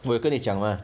我有跟你讲 mah